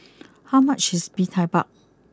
how much is Mee Tai Mak